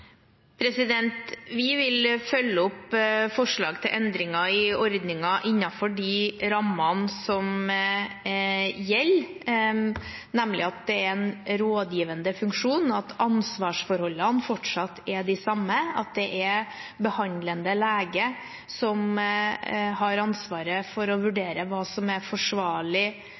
Vi vil følge opp forslag til endringer i ordningen innenfor de rammene som gjelder, nemlig at det er en rådgivende funksjon, og at ansvarsforholdene fortsatt er de samme, at det er behandlende lege som har ansvaret for å vurdere hva som er forsvarlig